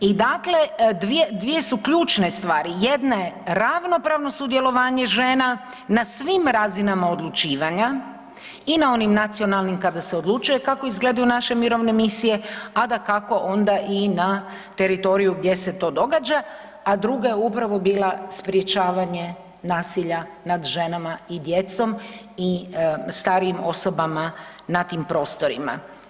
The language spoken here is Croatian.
I dakle dvije su ključne stvari, jedna je ravnopravno sudjelovanje žena na svim razinama odlučivanja i na onim nacionalnim kada se odlučuje kako izgledaju naše mirovine misije, a onda i na teritoriju gdje se to događa, a druga je upravo bila sprečavanje nasilja nad ženama i djecom i starijim osobama na tim prostorima.